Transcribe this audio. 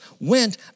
went